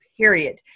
period